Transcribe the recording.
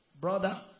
Brother